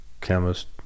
chemist